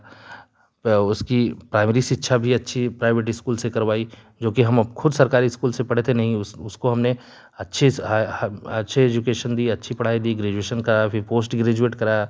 प उसकी प्राइमरी शिक्षा भी अच्छी प्राइवेट स्कूल से करवाई जो कि हम अब खुद सरकारी स्कूल से पढ़े थे नहीं उसको हमने अच्छी से अच्छे एजुकेशन दी अच्छी पढ़ाई दी ग्रेजुएशन कराया फिर पोस्ट ग्रेजुएट कराया